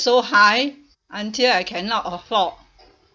so high until I cannot afford